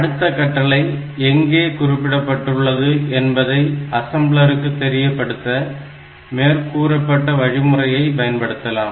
அடுத்த கட்டளை எங்கே குறிப்பிடப்பட்டுள்ளது என்பதை அசம்ளருக்கு தெரியப்படுத்த மேற்கூறப்பட்ட வழிமுறையை பயன்படுத்தலாம்